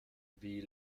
wie